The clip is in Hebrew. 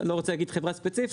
לא רוצה להגיד חברה ספציפית.